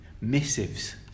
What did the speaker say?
missives